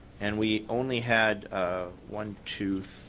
and we only had ah one, two,